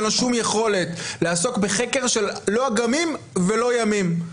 אין לו שום יכולת לעסוק בחקר של לא אגמים ולא ימים.